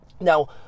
Now